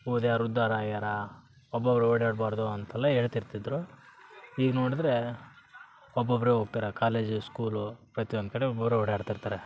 ಓದಿ ಯಾರು ಉದ್ದಾರ ಆಗಿದಾರೆ ಒಬ್ಬೊಬ್ಬರು ಓಡಾಡ್ಬಾರದು ಅಂತೆಲ್ಲ ಹೇಳ್ತಿರ್ತಿದ್ರು ಈಗ ನೋಡಿದರೆ ಒಬ್ಬೊಬ್ಬರೆ ಹೋಗ್ತಾರೆ ಕಾಲೇಜು ಸ್ಕೂಲು ಪ್ರತಿಯೊಂದು ಕಡೆ ಒಬ್ಬೊಬ್ಬರೆ ಓಡಾಡ್ತಿರ್ತಾರೆ